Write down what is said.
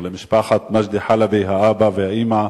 או למשפחת מג'די חלבי, האבא והאמא,